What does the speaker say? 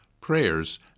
prayers